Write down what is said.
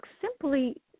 simply